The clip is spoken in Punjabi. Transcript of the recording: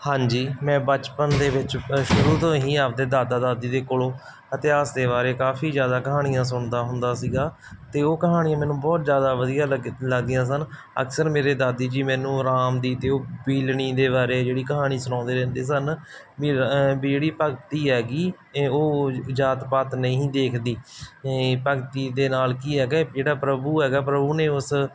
ਹਾਂਜੀ ਮੈਂ ਬਚਪਨ ਦੇ ਵਿੱਚ ਸ਼ੁਰੂ ਤੋਂ ਹੀ ਆਪਣੇ ਦਾਦਾ ਦਾਦੀ ਦੇ ਕੋਲੋਂ ਇਤਿਹਾਸ ਦੇ ਬਾਰੇ ਕਾਫ਼ੀ ਜ਼ਿਆਦਾ ਕਹਾਣੀਆਂ ਸੁਣਦਾ ਹੁੰਦਾ ਸੀਗਾ ਅਤੇ ਉਹ ਕਹਾਣੀਆਂ ਮੈਨੂੰ ਬਹੁਤ ਜ਼ਿਆਦਾ ਵਧੀਆ ਲੱਗ ਲੱਗਦੀਆਂ ਸਨ ਅਕਸਰ ਮੇਰੇ ਦਾਦੀ ਜੀ ਮੈਨੂੰ ਰਾਮ ਦੀ ਅਤੇ ਉਹ ਭੀਲਣੀ ਦੇ ਬਾਰੇ ਜਿਹੜੀ ਕਹਾਣੀ ਸੁਣਾਉਂਦੇ ਰਹਿੰਦੇ ਸਨ ਵੀ ਵੀ ਜਿਹੜੀ ਭਗਤੀ ਹੈਗੀ ਇਹ ਉਹ ਜਾਤ ਪਾਤ ਨਹੀਂ ਦੇਖਦੀ ਭਗਤੀ ਦੇ ਨਾਲ ਕੀ ਹੈਗੇ ਜਿਹੜਾ ਪ੍ਰਭੂ ਹੈਗਾ ਪ੍ਰਭੂ ਨੇ ਉਸ